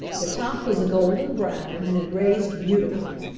the top was a golden brown and had raised beautifully.